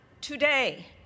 today